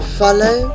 follow